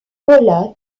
paula